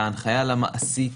הנחיה למעסיק,